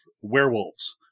werewolves